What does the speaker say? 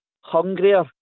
hungrier